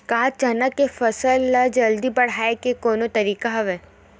का चना के फसल ल जल्दी बढ़ाये के कोनो तरीका हवय?